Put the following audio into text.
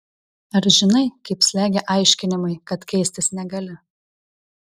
ar žinai kaip slegia aiškinimai kad keistis negali